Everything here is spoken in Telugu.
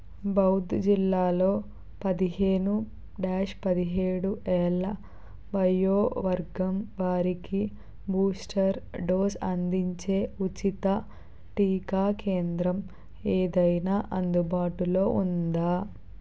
బౌద్ధ్ జిల్లాలో పదిహేను డ్యాష్ పదిహేడు ఏళ్ల వయోవర్గం వారికి బూస్టర్ డోసు అందించే ఉచిత టీకా కేంద్రం ఏదైనా అందుబాటులో ఉందా